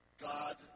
God